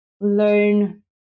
learn